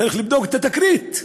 צריך לבדוק את התקרית.